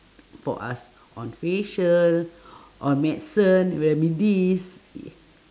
for us on facial or medicine remedies